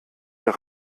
der